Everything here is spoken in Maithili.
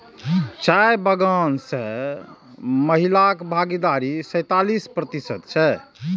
चाय बगान मे महिलाक भागीदारी सैंतालिस प्रतिशत छै